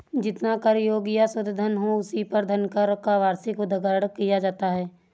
जितना कर योग्य या शुद्ध धन हो, उसी पर धनकर का वार्षिक उद्ग्रहण किया जाता है